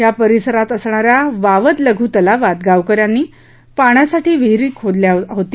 या परिसरात असणा या वावद लघु तलावात गावकऱ्यांनी पाण्यासाठी विहीर खोदली होती